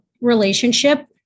relationship